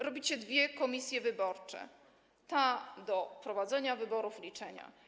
Robicie dwie komisje wyborcze: ta do prowadzenia wyborów i do liczenia.